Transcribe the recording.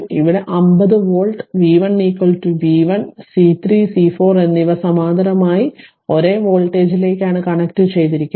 ഇവിടെ 50 volt v1 v1 C3 c 4 എന്നിവ സമാന്തരമായി ഒരേ വോൾട്ടാജിലേക്കാണ് കണക്ട് ചെയ്തിരിക്കുന്നു